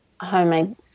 homemade